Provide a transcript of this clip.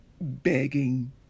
begging